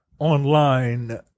online